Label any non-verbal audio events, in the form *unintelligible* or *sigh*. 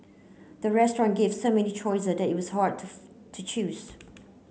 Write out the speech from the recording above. the restaurant gave so many choice that it was hard *unintelligible* to choose